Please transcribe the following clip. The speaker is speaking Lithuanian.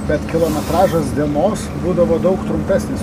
bet kilometražas dienos būdavo daug trumpesnis